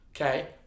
Okay